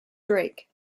drake